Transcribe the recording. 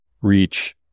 reach